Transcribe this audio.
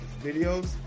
videos